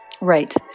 Right